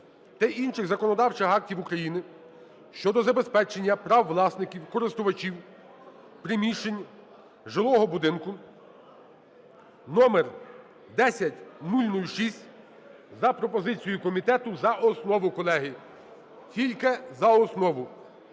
та інших законодавчих актів України щодо забезпечення прав власників (користувачів) приміщень жилого будинку (№ 10006) за пропозицією комітету за основу, колеги. Тільки за основу.